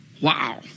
Wow